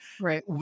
Right